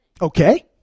Okay